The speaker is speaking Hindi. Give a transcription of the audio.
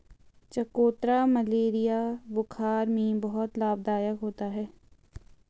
चकोतरा मलेरिया बुखार में बहुत लाभदायक होता है